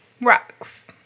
Rocks